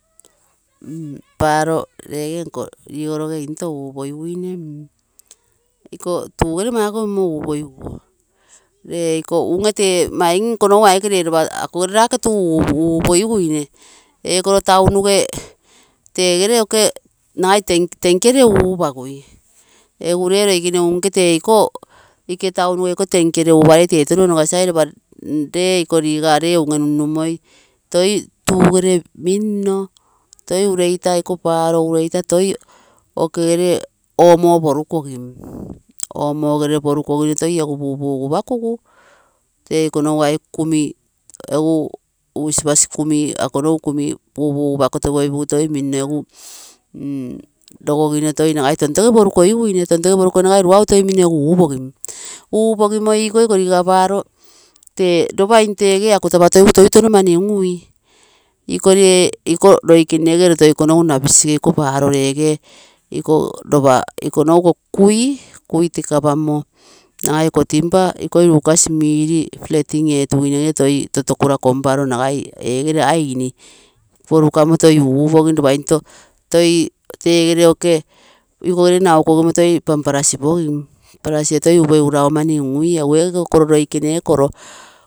Paroo lege rigoroge into upogiguine iko tuu gere makogimo upogigui. Lee iko unge tee maigim lee ikonogu akogere rake tuu upogiguine. Ekoro tounuge tege re oke tank gere upagui. Egu nere loikene unke teiko ikoge tounuge iko tank gere uparei tee touno orogasi gai ropa lee ikoo liga lee unge num mumoi toi tugere minotoi ureita iko paroo weitoi toi okegere omo porukogim toi egu pupugu pakugu tee ikonogu aike kumi usipasi kumi pupugupakotoi poipugu toi mino egu mm rogogino nagai tontonge porukogiguine luau toi mino egu upogim, upogimo ikog e ligoma paroo tee ropa tege aku upogiguine tapatogigu toi touno mani ngui. Iko lee ikonogu loikene ege roto ikonogu rabisige iko paroo lege iko ropa iko nogu kui tekapamo nagai iko timber ikoi rukasi mili flating etugunegere tokura komparoo nagai ege aini porukamo toi upogim toi tegere okee ikogere nau kogimo toi panpara sipogim parasite toi upogigu rauge mani ngui.